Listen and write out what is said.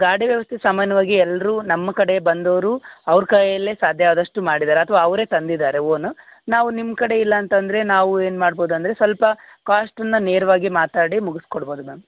ಗಾಡಿ ವ್ಯವಸ್ಥೆ ಸಾಮಾನ್ಯವಾಗಿ ಎಲ್ಲರು ನಮ್ಮ ಕಡೆ ಬಂದವರು ಅವ್ರ ಕೈಯಲ್ಲೇ ಸಾದ್ಯಾದಷ್ಟು ಮಾಡಿದಾರೆ ಅಥವ ಅವರೆ ತಂದಿದ್ದಾರೆ ಓನ್ ನಾವು ನಿಮ್ಮಕಡೆ ಇಲ್ಲಾಂತಂದರೆ ನಾವು ಏನು ಮಾಡ್ಬೋದು ಅಂದರೆ ಸ್ವಲ್ಪ ಕಾಸ್ಟನ್ನು ನೇರವಾಗಿ ಮಾತಾಡಿ ಮುಗಿಸ್ಕೊಡ್ಬೋದು ಮ್ಯಾಮ್